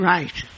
Right